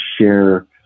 share